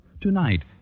Tonight